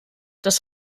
das